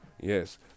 Yes